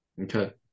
Okay